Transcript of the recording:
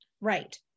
Right